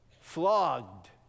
flogged